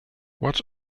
what